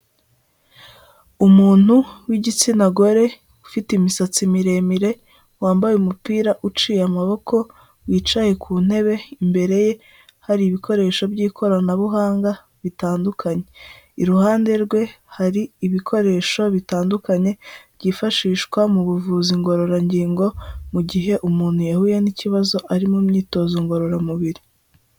Umuntu w'igitsina gore ufite imisatsi miremire wambaye umupira uciye amaboko wicaye ku ntebe imbere ye hari ibikoresho by'ikoranabuhanga bitandukanye iruhande rwe hari ibikoresho bitandukanye byifashishwa mu buvuzi ngororangingo mu gihe umuntu yahuye n'ikibazo ari mu myitozo ngororamubiri.